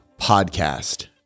Podcast